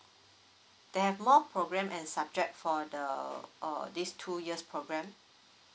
they have more program and subject for the uh this two years programme